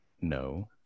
No